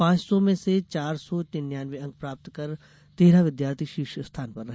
पांच सौ में से चार सौ निन्यानवें अंक प्राप्त कर तेरह विद्यार्थी शीर्ष स्थान पर रहे